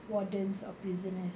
wardens of prisoners